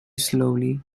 slowly